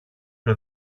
και